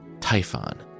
Typhon